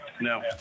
No